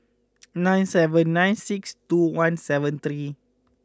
nine seven nine six two one seven three